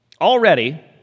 Already